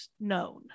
known